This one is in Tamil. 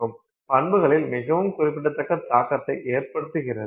பண்புகளில் மிகவும் குறிப்பிடத்தக்க தாக்கத்தை ஏற்படுத்துகிறது